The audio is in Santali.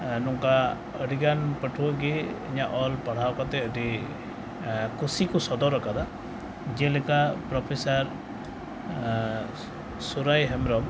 ᱱᱚᱝᱠᱟ ᱟᱹᱰᱤᱜᱟᱱ ᱯᱟᱹᱴᱷᱩᱣᱟᱹᱜᱮ ᱤᱧᱟᱹᱜ ᱚᱞ ᱯᱟᱲᱦᱟᱣ ᱠᱟᱛᱮ ᱟᱹᱰᱤ ᱠᱩᱥᱤᱠᱚ ᱥᱚᱫᱚᱨ ᱟᱠᱟᱫᱟ ᱡᱮᱞᱮᱠᱟ ᱯᱨᱚᱯᱷᱮᱥᱟᱨ ᱥᱩᱨᱟᱭ ᱦᱮᱢᱵᱨᱚᱢ